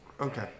Okay